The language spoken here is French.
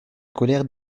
colère